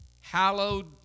hallowed